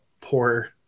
poor